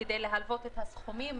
כדי להלוות את הסכומים,